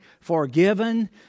forgiven